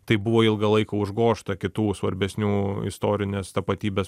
tai buvo ilgą laiką užgožta kitų svarbesnių istorinės tapatybės